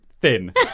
Thin